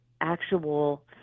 actual